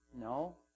No